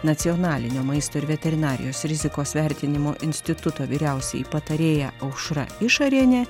nacionalinio maisto ir veterinarijos rizikos vertinimo instituto vyriausioji patarėja aušra išarienė